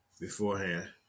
beforehand